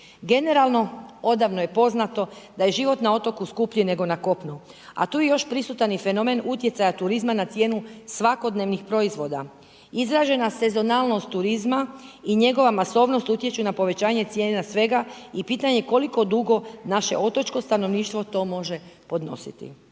Generalno, odavno je poznato da je život na otoku skuplji nego na kopnu a tu je još prisutan i fenomen utjecaja turizma na cijenu svakodnevnih proizvoda. Izražena sezonalnost turizma i njegova masovnost utječu na povećanje cijene na svega i pitanje koliko dugo naše otočko stanovništvo to može podnositi.